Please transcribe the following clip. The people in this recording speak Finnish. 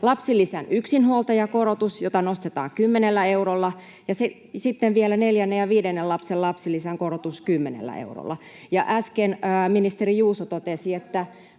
lapsilisän yksinhuoltajakorotus, jota nostetaan 10 eurolla, ja sitten vielä neljännen ja viidennen lapsen lapsilisän korotus 10 eurolla. Äsken ministeri Juuso totesi, että